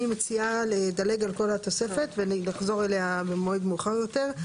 אני מציעה לדלג על כל התוספת ונחזור אליה במועד מאוחר יותר.